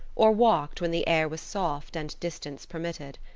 or walked when the air was soft and distance permitted.